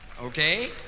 okay